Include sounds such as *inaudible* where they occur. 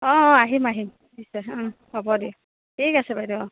অঁ অঁ আহিম আহিম *unintelligible* হ'ব দিয়ক ঠিক আছে বাইদেউ